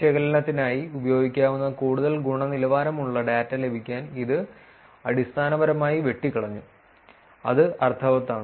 വിശകലനത്തിനായി ഉപയോഗിക്കാവുന്ന കൂടുതൽ ഗുണനിലവാരമുള്ള ഡാറ്റ ലഭിക്കാൻ ഇത് അടിസ്ഥാനപരമായി വെട്ടിക്കളഞ്ഞു അത് അർത്ഥവത്താണ്